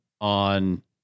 on